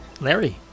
Larry